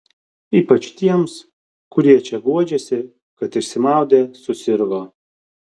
ypač tiems kurie čia guodžiasi kad išsimaudę susirgo